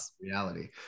reality